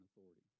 authority